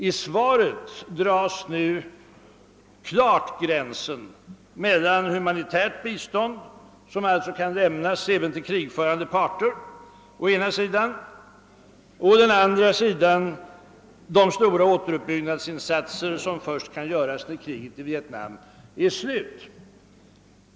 I svaret dras nu klart gränsen mellan å ena sidan humanitärt bistånd, som alltså kan lämnas även till krigförande parter, och å andra sidan de stora återuppbyggnadsinsatser som kan «göras först när kriget i Vietnam är slut.